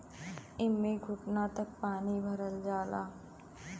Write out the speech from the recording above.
एम्मे घुटना तक पानी भरल जाला